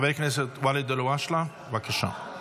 חבר הכנסת ואליד אלהואשלה, בבקשה.